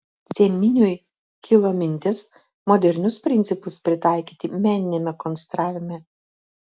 cieminiui kilo mintis modernius principus pritaikyti meniniame konstravime